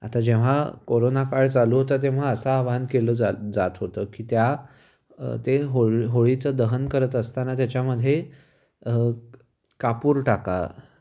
आता जेव्हा कोरोनाकाळ चालू होता तेव्हा असं आवाहन केलं जात होतं की त्या ते होळ होळीचं दहन करत असताना त्याच्यामध्ये कापूर टाका